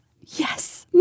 Yes